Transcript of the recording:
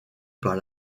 par